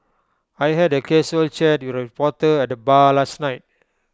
I had A casual chat with A reporter at the bar last night